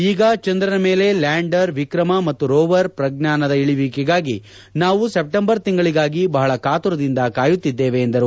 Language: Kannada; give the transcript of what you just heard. ಈಗ ಚಂದ್ರನ ಮೇಲೆ ಲ್ಯಾಂಡರ್ ವಿಕ್ರಮ ಮತ್ತು ರೋವರ್ ಪ್ರಜ್ಞಾನದ ಇಳಿಯುವಿಕೆಗಾಗಿ ನಾವು ಸೆಪ್ಟೆಂಬರ್ ತಿಂಗಳಿಗಾಗಿ ಬಹಳ ಕಾತುರದಿಂದ ಕಾಯುತ್ತಿದ್ದೇವೆ ಎಂದರು